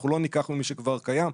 אנחנו לא ניקח ממי שכבר קיים.